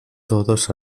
todos